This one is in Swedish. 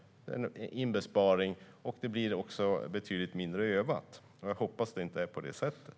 Det är en besparing, och det blir också betydligt mindre övat. Jag hoppas att det inte är på det sättet.